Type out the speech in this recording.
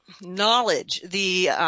knowledge—the